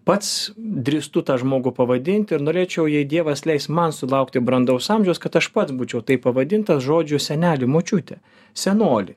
pats drįstu tą žmogų pavadinti ir norėčiau jei dievas leis man sulaukti brandaus amžiaus kad aš pats būčiau taip pavadintas žodžiu senelį močiutę senolį